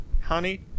Honey